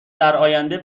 درآینده